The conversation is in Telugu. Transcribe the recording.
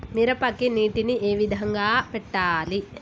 మిరపకి నీటిని ఏ విధంగా పెట్టాలి?